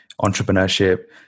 entrepreneurship